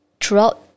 throughout